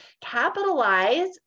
capitalize